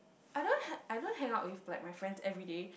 I don't ha~ I don't hang out with like my friends everyday